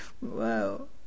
Wow